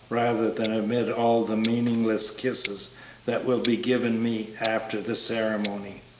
rather than amid all the meaningless kisses that will be given me after the ceremony.